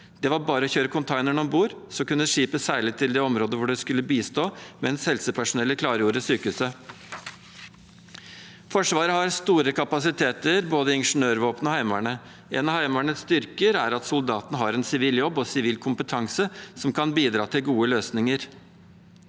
Det var bare å kjøre containerne om bord, så kunne skipet seile til det området hvor det skulle bistå, mens helsepersonellet klargjorde sykehuset. Forsvaret har store kapasiteter, både Ingeniørvåpenet og Heimevernet. En av Heimevernets styrker er at soldatene har en sivil jobb og sivil kompetanse som kan bidra til gode løsninger.